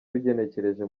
tugenekereje